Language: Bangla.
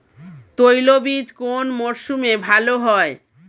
তৈলবীজ কোন মরশুমে ভাল হয়?